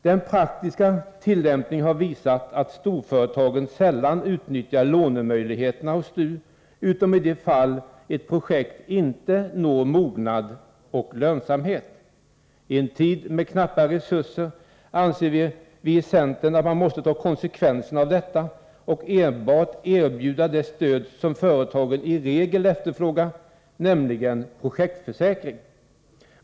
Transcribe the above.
Den praktiska tillämpningen har visat att storföretagen sällan utnyttjar lånemöjligheterna hos STU utom i de fall ett projekt inte når mognad och lönsamhet. I en tid med knappa resurser anser vi i centern att man måste ta konsekvenserna av detta och enbart erbjuda det stöd som företagen i regel efterfrågar, nämligen en projektförsäkring.